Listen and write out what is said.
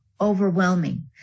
Overwhelming